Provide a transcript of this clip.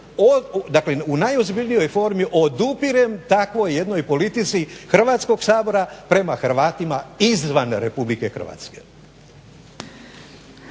dakle u najozbiljnijoj formi odupirem takvoj jednoj politici Hrvatskog sabora prema Hrvatima izvan RH.